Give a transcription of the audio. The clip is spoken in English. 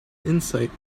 insight